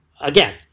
again